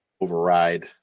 override